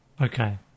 Okay